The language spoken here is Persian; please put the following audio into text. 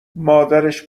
مادرش